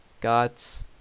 Got